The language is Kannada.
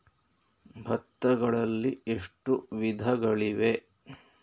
ಭತ್ತಗಳಲ್ಲಿ ಎಷ್ಟು ವಿಧಗಳಿವೆ?